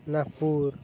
Nagpur